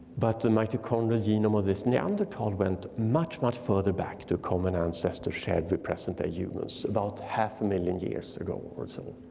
but the mitochondrial genome of this neanderthal went much much further back to common ancestor shared with present day humans, about half a million years ago or so.